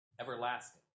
everlasting